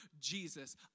Jesus